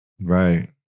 Right